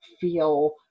feel